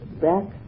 back